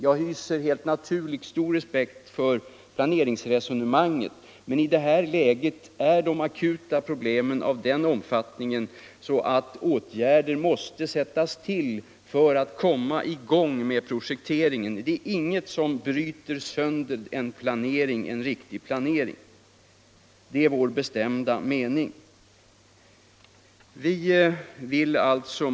Jag hyser helt naturligt stor respekt för planeringsresonemang et. Men i det här läget är de akuta problemen av den omfattningen att åtgärder måste sättas in så att man kan komma i gång med projekteringen. Det bryter inte sönder en riktig planering; det är vår bestämda uppfattning.